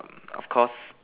of course